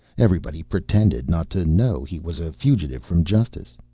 everybody pretended not to know he was a fugitive from justice.